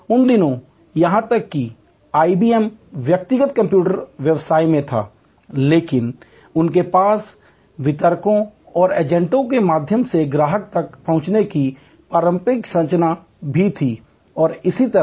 उन दिनों यहां तक कि आईबीएम व्यक्तिगत कंप्यूटर व्यवसाय में था लेकिन उनके पास वितरकों और एजेंटों के माध्यम से ग्राहक तक पहुंचने की पारंपरिक संरचना भी थी और इसी तरह